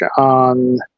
on